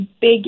big